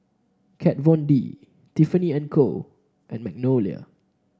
Kat Von D Tiffany And Co and Magnolia